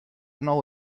nou